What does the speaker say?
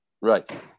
Right